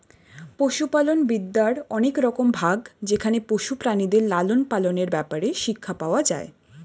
পশুপালন বিদ্যার অনেক রকম ভাগ যেখানে পশু প্রাণীদের লালন পালনের ব্যাপারে শিক্ষা পাওয়া যায়